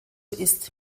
ist